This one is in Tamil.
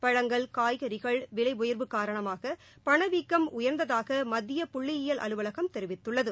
பழங்கள் காய்கறிகள் விலை உயர்வு காரணமாக பணவீக்கம் உயர்ந்ததாக மத்திய புள்ளியியல் அலுவலகம் தெரிவித்துள்ளது